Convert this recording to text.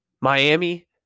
Miami